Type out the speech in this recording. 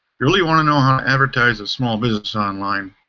really want to know how to advertise a small business online,